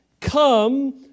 come